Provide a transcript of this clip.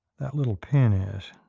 that little pin is.